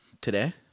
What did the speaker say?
today